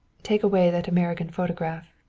take away that american photograph.